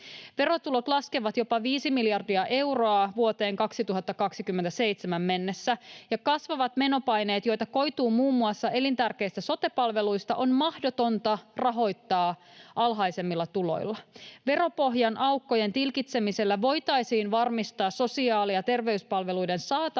Verotulot laskevat jopa viisi miljardia euroa vuoteen 2027 mennessä, ja kasvavat menopaineet, joita koituu muun muassa elintärkeistä sote-palveluista, on mahdotonta rahoittaa alhaisemmilla tuloilla. Veropohjan aukkojen tilkitsemisellä voitaisiin varmistaa sosiaali- ja terveyspalveluiden saatavuus,